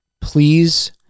please